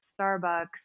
Starbucks